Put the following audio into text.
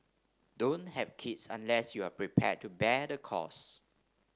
don't have kids unless you are prepared to bear the costs